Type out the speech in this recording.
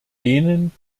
denen